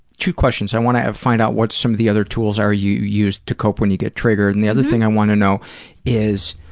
two questions i wanna find out, what's some of the other tools, are you use to cope when you get triggered, and the other thing i wanna know is,